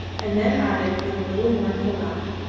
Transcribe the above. and then added with a little mournful laugh,